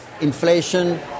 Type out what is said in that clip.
inflation